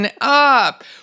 up